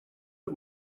der